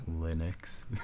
Linux